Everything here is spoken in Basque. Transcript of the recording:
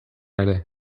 ere